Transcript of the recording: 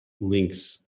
links